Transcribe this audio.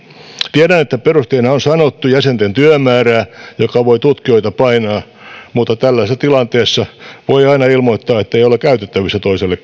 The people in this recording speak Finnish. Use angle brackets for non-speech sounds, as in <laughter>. tiedän että perusteeksi on sanottu jäsenten työmäärä joka voi tutkijoita painaa mutta tällaisessa tilanteessa voi aina ilmoittaa ettei ole käytettävissä toiselle <unintelligible>